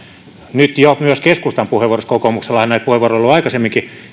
nyt jo myös keskustan puheenvuoroissa kokoomuksellahan näitä puheenvuoroja on ollut aikaisemminkin